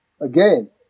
again